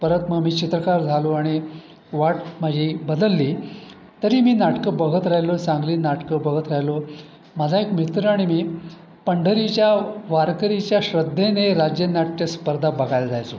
परत मग मी चित्रकार झालो आणि वाट माझी बदलली तरी मी नाटकं बघत राहिलो चांगली नाटकं बघत राहिलो माझा एक मित्र आणि मी पंढरीच्या वारकऱ्याच्या श्रद्धेने राज्य नाट्य स्पर्धा बघायला जायचो